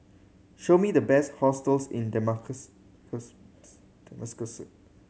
show me the best hotels in Damascus